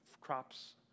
crops